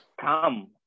come